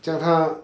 叫他